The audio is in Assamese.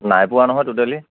নাই পোৱা নহয় টোটেলি